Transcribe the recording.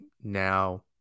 now